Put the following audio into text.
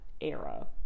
era